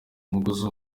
umugozi